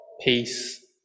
peace